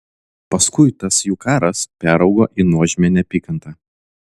paskui tas jų karas peraugo į nuožmią neapykantą